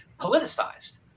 politicized